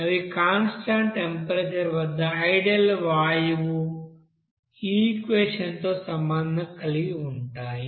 అవి constant temperature వద్ద ideal వాయువు ఈక్వెషన్ తో సంబంధం కలిగి ఉంటాయి